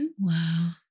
Wow